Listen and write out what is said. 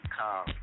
call